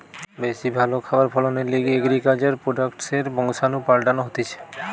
বেশি ভালো খাবার ফলনের লিগে এগ্রিকালচার প্রোডাক্টসের বংশাণু পাল্টানো হতিছে